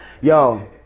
Yo